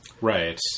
Right